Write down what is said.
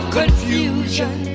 confusion